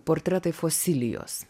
portretai fosilijos